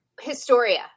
Historia